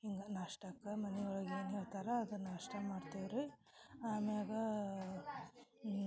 ಹಿಂಗೆ ನಾಷ್ಟಕ ಮನೆ ಒಳಗ ಏನು ಹೇಳ್ತಾರೆ ಅದನ್ನ ಅಷ್ಟೆ ಮಾಡ್ತಿವಿ ರೀ ಆಮ್ಯಾಗ